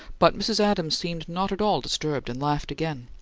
but mrs. adams seemed not at all disturbed and laughed again.